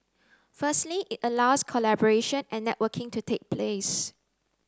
firstly it allows collaboration and networking to take place